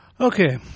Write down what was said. Okay